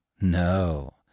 No